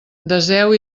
deseu